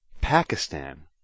Pakistan